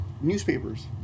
newspapers